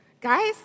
Guys